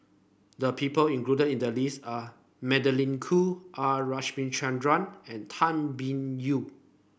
the people included in the list are Magdalene Khoo R Ramachandran and Tan Biyun